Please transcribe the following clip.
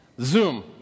Zoom